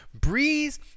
Breeze